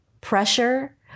pressure